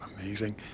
amazing